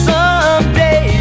Someday